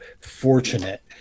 fortunate